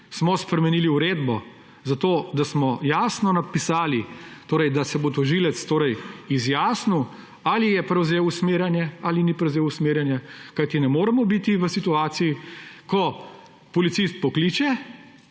smo spremenili uredbo in smo jasno napisali, da se bo tožilec izjasnil, ali je prevzel usmerjanje ali ni prevzel usmerjanje. Ne moremo namreč biti v situaciji, ko policist pokliče,